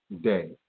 day